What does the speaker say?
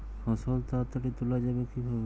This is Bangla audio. ফসল তাড়াতাড়ি তোলা যাবে কিভাবে?